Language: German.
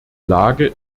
lage